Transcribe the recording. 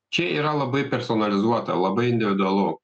čia yra labai personalizuota labai individualu